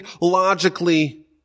logically